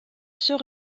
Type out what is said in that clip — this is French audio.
sœur